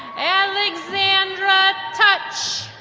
alexandra touch.